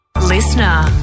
Listener